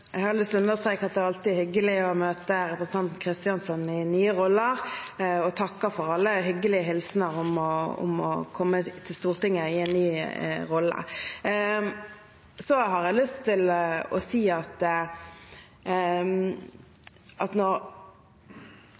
Jeg har lyst til å understreke at det er alltid hyggelig å møte representanten Kristjánsson i nye roller og takker for alle hyggelige hilsener når jeg kommer til Stortinget i en ny rolle. Jeg har lyst til å si at